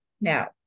now